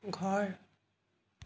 ঘৰ